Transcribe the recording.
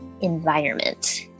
environment